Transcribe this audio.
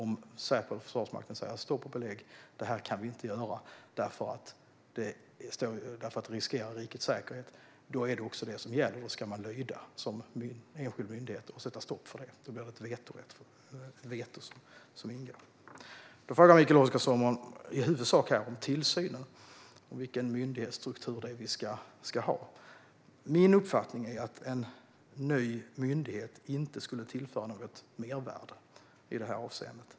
Om de säger stopp och menar att det inte kan göras därför att rikets säkerhet äventyras är det också det som gäller; då ska man som enskild myndighet lyda och sätta stopp. Det handlar alltså om ett veto. Mikael Oscarsson frågar om tillsynen och vilken myndighetsstruktur vi ska ha. Min uppfattning är att en ny myndighet inte skulle tillföra något mervärde i detta avseende.